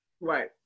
Right